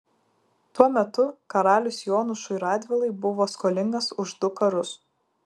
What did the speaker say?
tuo metu karalius jonušui radvilai buvo skolingas už du karus